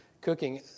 cooking